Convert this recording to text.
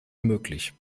möglich